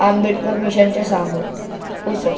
आंबेडकर मिशनच्यासमोर हो सर